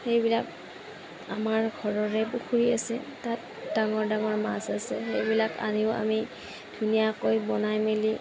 সেইবিলাক আমাৰ ঘৰৰে পুুখুৰী আছে তাত ডাঙৰ ডাঙৰ মাছ আছে সেইবিলাক আনিও আমি ধুনীয়াকৈ বনাই মেলি